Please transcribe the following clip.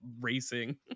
racing